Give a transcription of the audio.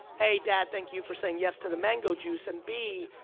a, dad thank you for saying yes to the mango juice. and b,